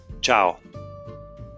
Ciao